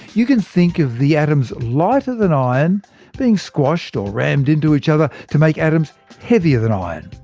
you can think of the atoms lighter than iron being squashed or rammed into each other to make atoms heavier than iron.